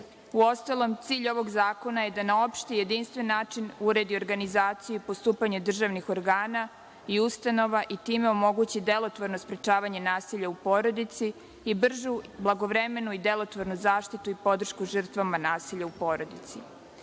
porodici. Uostalom, cilj ovog zakona je da na opšti jedinstven način uredi organizaciju i postupanje državnih organa i ustanova i time omogući delotvorna sprečavanja nasilja u porodici i bržu, blagovremenu i delotvornu zaštitu i podršku žrtvama nasilja u porodici. Određeni